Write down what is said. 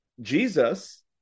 Jesus